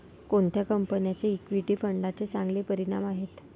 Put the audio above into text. कोणत्या कंपन्यांचे इक्विटी फंडांचे चांगले परिणाम आहेत?